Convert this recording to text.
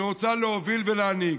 שרוצה להוביל ולהנהיג,